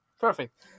Perfect